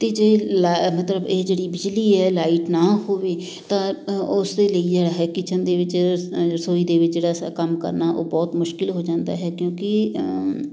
ਅਤੇ ਜੇ ਲਾ ਮਤਲਬ ਇਹ ਜਿਹੜੀ ਬਿਜਲੀ ਹੈ ਲਾਈਟ ਨਾ ਹੋਵੇ ਤਾਂ ਉਸਦੇ ਲਈ ਜਿਹੜਾ ਹੈ ਕਿਚਨ ਦੇ ਵਿੱਚ ਰਸੋਈ ਦੇ ਵਿੱਚ ਜਿਹੜਾ ਸ ਕੰਮ ਕਰਨਾ ਉਹ ਬਹੁਤ ਮੁਸ਼ਕਲ ਹੋ ਜਾਂਦਾ ਹੈ ਕਿਉਂਕਿ